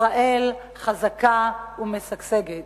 ישראל חזקה ומשגשגת.